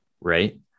Right